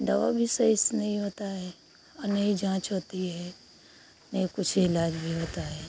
दवा भी सही से नहीं होता है अ ना ही जाँच होती है नहीं कुछ इलाज भी होता है